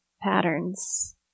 patterns